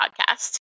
podcast